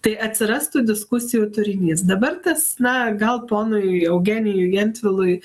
tai atsirastų diskusijų turinys dabar tas na gal ponui eugenijui gentvilui